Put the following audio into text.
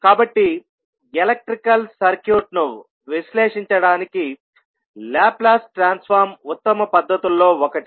కాబట్టి ఎలక్ట్రికల్ సర్క్యూట్ను విశ్లేషించడానికి లాప్లాస్ ట్రాన్స్ఫార్మ్ ఉత్తమ పద్ధతుల్లో ఒకటి